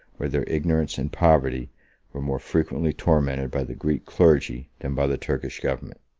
where their ignorance and poverty were more frequently tormented by the greek clergy than by the turkish government.